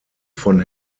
von